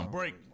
Break